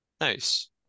Nice